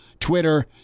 Twitter